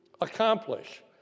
accomplish